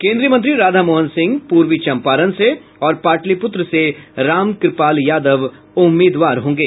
केन्द्रीय मंत्री राधामोहन सिंह पूर्वी चंपारण से और पाटलीपुत्र से रामकृपाल यादव उम्मीदवार होंगे